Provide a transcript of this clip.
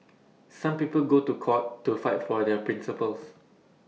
some people go to court to fight for their principles